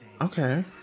okay